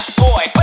boy